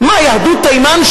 שר הבינוי שנמצא